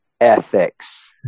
ethics